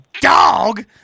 dog